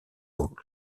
aulx